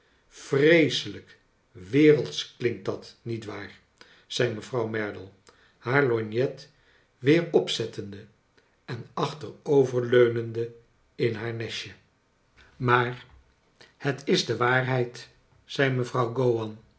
vreeselijk wereldsch klinkt dat nietwaar zei mevrouw merdle haar lorgnet weer opzettende en achterover leunende in haar nestje maar het is de waarheid zei mevrouw